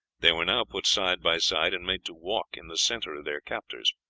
they were now put side by side and made to walk in the center of their captors.